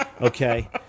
Okay